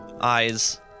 eyes